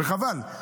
וחבל,